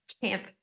camp